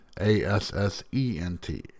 A-S-S-E-N-T